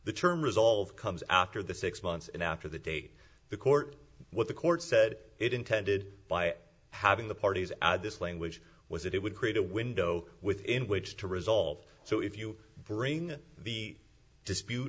the term resolve comes after the six months and after the date the court what the court said it intended by having the parties add this language was that it would create a window within which to resolve so if you bring the dispute